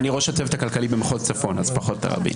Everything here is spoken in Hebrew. אני ראש הצוות הכלכלי במחוז צפון, אז פחות תראבין.